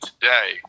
today